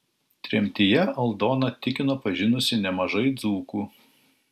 tremtyje aldona tikino pažinusi nemažai dzūkų